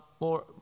more